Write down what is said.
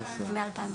מ-2011.